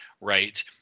right